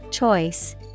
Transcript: Choice